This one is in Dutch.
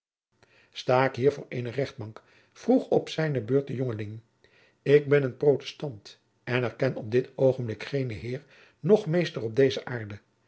hier voor eene rechtbank vroeg op zijne beurt de jongeling ik ben een protestant en erken op dit oogenblik geenen heer noch meester op deze aarde